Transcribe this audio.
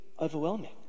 overwhelming